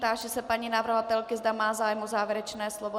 Táži se paní navrhovatelky, zda má zájem o závěrečné slovo.